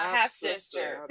Half-sister